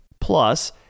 Plus